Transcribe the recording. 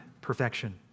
perfection